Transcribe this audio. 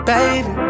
Baby